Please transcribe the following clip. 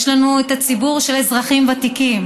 יש לנו את הציבור של אזרחים ותיקים,